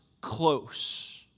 close